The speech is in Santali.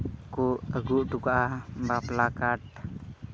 ᱠᱚ ᱟᱹᱜᱩ ᱦᱚᱴᱚ ᱠᱟᱜᱼᱟ ᱵᱟᱯᱞᱟ ᱠᱟᱨᱰ